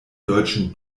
deutschen